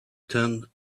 turned